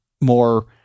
more